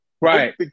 Right